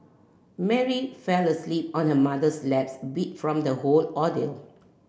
Mary fell asleep on her mother's lap beat from the whole ordeal